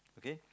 okay